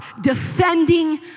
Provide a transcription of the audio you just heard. defending